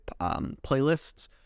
playlists